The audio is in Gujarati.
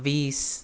વીસ